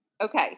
Okay